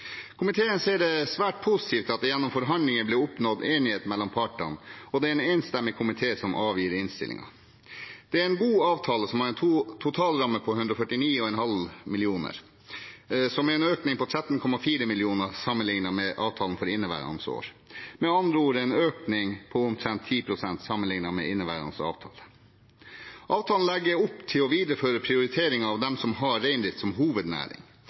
Komiteen ser det som svært positivt at det gjennom forhandlinger ble oppnådd enighet mellom partene, og det er en enstemmig komité som avgir innstilling. Det er en god avtale, som har en totalramme på 149,5 mill. kr, som er en økning på 13,4 mill. kr sammenlignet med avtalen for inneværende år – med andre ord en økning på omtrent 10 pst. sammenlignet med inneværende avtale. Avtalen legger opp til å videreføre prioriteringen av dem som har reindrift som hovednæring.